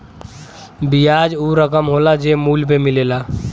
बियाज ऊ रकम होला जे मूल पे मिलेला